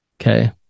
Okay